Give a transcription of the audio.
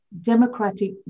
democratic